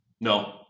No